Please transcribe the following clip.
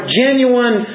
genuine